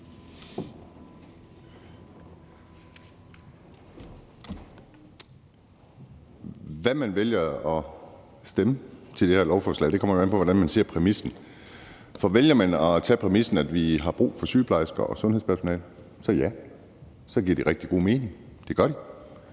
Hvad man vælger at stemme til det her lovforslag, kommer jo an på, hvordan man ser præmissen. For hvis man vælger at tage præmissen, at vi har brug for sygeplejersker og sundhedspersonale, ja, så giver det rigtig god mening – det gør det